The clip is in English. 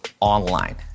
online